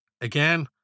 Again